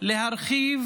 להרחיב